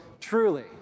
truly